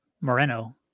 Moreno